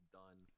done